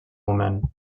moment